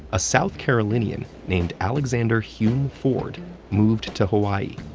a south carolinian named alexander hume ford moved to hawaii.